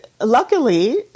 luckily